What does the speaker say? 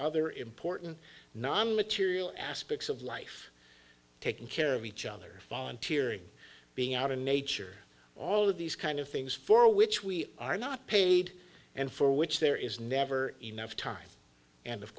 other important non material aspects of life taking care of each other volunteering being out in nature all of these kind of things for which we are not paid and for which there is never enough time and of